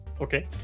Okay